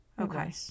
Okay